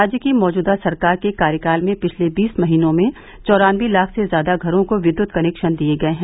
राज्य की मौजूदा सरकार के कार्यकाल में पिछले बीस महीनों में चौरान्नबे लाख से ज्यादा घरों को विद्युत कनेक्शन दिये गये हैं